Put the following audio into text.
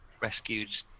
Rescued